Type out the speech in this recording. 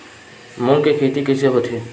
मूंग के खेती कइसे होथे?